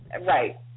Right